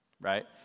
right